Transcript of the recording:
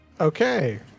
Okay